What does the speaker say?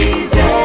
Easy